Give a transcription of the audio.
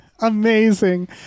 amazing